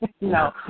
No